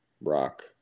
rock